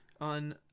on